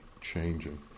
changing